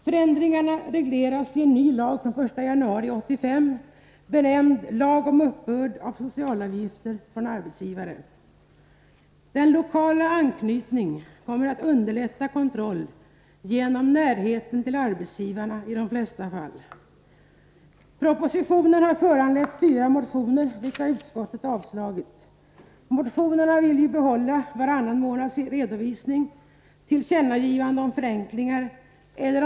Förändringarna regleras i en ny lag från den 1 januari 1985, benämnd lag om uppbörd av socialavgifter från arbetsgivare. Den lokala anknytningen kommer genom närheten till arbetsgivarna i de flesta fall att underlätta kontrollen. Propositionen har föranlett fyra motioner, vilka utskottet avstyrkt. Motionärerna vill bl.a. behålla varannanmånadsredovisning och från riksdagen få ett tillkännagivande om behovet av förenklingar.